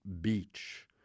Beach